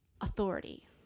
authority